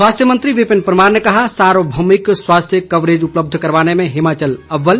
स्वास्थ्य मंत्री विपिन परमार ने कहा सार्वभौमिक स्वास्थ्य कवरेज उपलब्ध करवाने में हिमाचल अव्वल